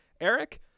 Eric